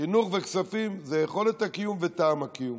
חינוך וכספים זה יכולת הקיום וטעם הקיום.